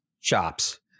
Shops